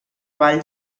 vall